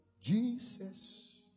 Jesus